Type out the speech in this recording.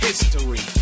History